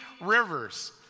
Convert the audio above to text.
rivers